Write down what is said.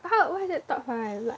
!huh! why is it top five like